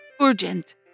Urgent